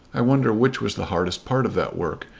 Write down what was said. i wonder which was the hardest part of that work,